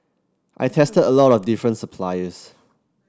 I tested a lot of different suppliers